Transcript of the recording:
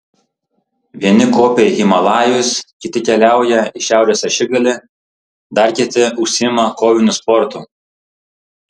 vieni kopia į himalajus kiti keliauja į šiaurės ašigalį dar kiti užsiima koviniu sportu